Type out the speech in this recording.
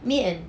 me and